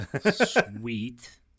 Sweet